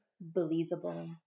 Believable